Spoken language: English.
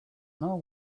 know